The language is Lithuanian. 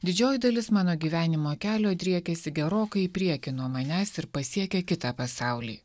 didžioji dalis mano gyvenimo kelio driekiasi gerokai į priekį nuo manęs ir pasiekia kitą pasaulį